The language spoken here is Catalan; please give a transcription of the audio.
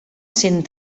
sent